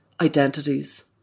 identities